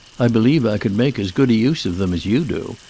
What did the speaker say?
i believe i could make as good a use of them as you do,